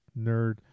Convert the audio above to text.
nerd